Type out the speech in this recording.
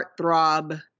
heartthrob